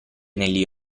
negli